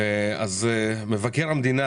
מבקר המדינה